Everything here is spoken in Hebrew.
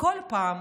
כל פעם,